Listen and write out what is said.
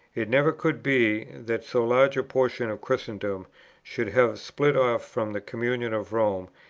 it never could be, that so large a portion of christendom should have split off from the communion of rome,